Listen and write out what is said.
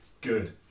Good